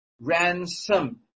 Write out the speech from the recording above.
ransom